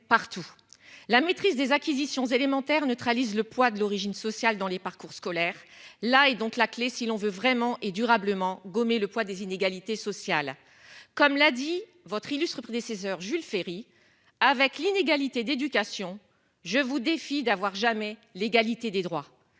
La maîtrise des acquisitions élémentaires neutralisent le poids de l'origine sociale dans les parcours scolaires là et donc la clé si l'on veut vraiment et durablement gommer le poids des inégalités sociales, comme l'a dit votre illustres prédécesseurs, Jules Ferry avec l'inégalité d'éducation je vous défie d'avoir jamais l'égalité des droits.